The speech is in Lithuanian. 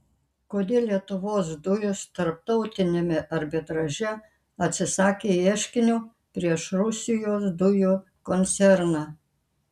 kodėl lietuvos dujos tarptautiniame arbitraže atsisakė ieškinio prieš rusijos dujų koncerną